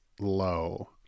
low